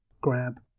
grab